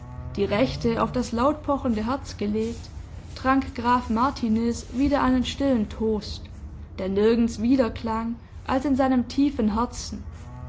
die rechte auf das lautpochende herz gelegt trank graf martiniz wieder einen stillen toast der nirgends widerklang als in seinem tiefen herzen